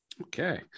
Okay